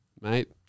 Mate